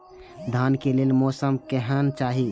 धान के लेल मौसम केहन चाहि?